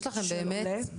באמת,